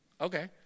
okay